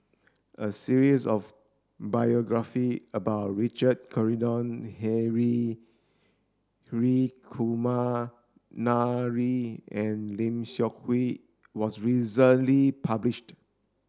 a series of biography about Richard Corridon Hri Kumar Nair and Lim Seok Hui was recently published